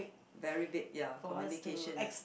very weak ya communication